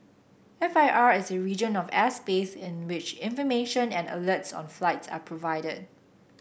F I R is a region of airspace in which information and alerts on flights are provided